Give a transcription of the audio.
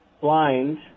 blind